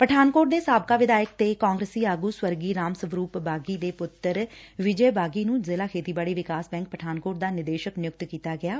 ਪਠਾਨਕੋਟ ਦੇ ਸਾਬਕਾ ਵਿਧਾਇਕ ਤੇ ਕਾਂਗਰਸੀ ਆਗੁ ਸਵਰਗੀ ਰਾਮ ਸਵਰੁਪ ਬਾਗੀ ਦੇ ਪੁੱਤਰ ਵਿਜੇ ਬਾਗੀ ਨੂੰ ਜ਼ਿਲਾ ਖੇਤੀਬਾੜੀ ਵਿਕਾਸ ਬੈਂਕ ਪਠਾਨਕੋਟ ਦਾ ਨਿਦੇਸ਼ਕ ਨਿਯੁਕਤ ਕੀਤਾ ਗਿਐ